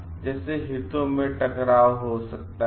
तो जिससे हितों का टकराव हो सकता है